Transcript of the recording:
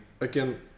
again